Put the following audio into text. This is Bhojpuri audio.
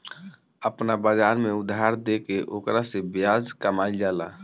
आपना बाजार में उधार देके ओकरा से ब्याज कामईल जाला